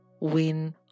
win